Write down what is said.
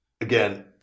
again